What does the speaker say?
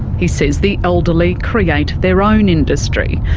he says the elderly create their own industry,